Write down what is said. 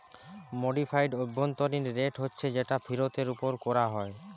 modified অভ্যন্তরীণ rate হচ্ছে যেটা ফিরতের উপর কোরা হয়